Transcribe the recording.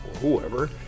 whoever